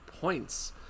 points